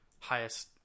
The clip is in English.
highest